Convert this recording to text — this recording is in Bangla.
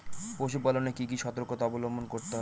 পশুপালন এ কি কি সর্তকতা অবলম্বন করতে হবে?